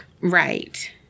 Right